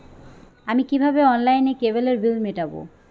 আমি কিভাবে অনলাইনে কেবলের বিল মেটাবো?